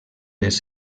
les